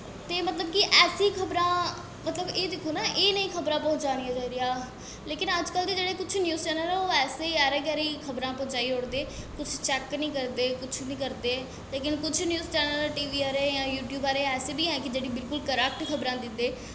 ते मतलब कि ऐसी खबरां मतलब एह् दिक्को ना एह् जेही खबरां पहुंचानियां चाहिदियां लेकिन अज्ज कल दे न्यूज़ चैन्नल ऐसे ऐरे गैरे खबरां पहुंचाई ओड़दे कुछ चैक निं करदे कुछ निं करदे लेकिन कुछ न्यूज़ चैन्नल आह्ले जां टी वी आह्ले यूटयूब आह्ले ऐसे बी न जेह्ड़े बिल्कुल क्रैक्ट खबरां दिंदे